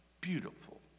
beautiful